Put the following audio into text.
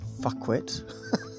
fuckwit